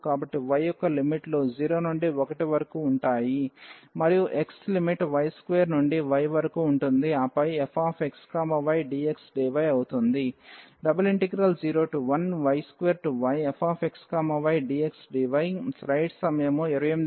కాబట్టి y యొక్క లిమిట్లు 0 నుండి 1 వరకు ఉంటాయి మరియు x లిమిట్ y2 నుండి y వరకు ఉంటుంది ఆపై fxydxdy అవుతుంది